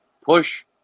push